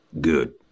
good